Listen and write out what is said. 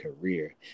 career